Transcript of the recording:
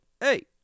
hey